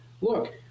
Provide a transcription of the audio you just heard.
look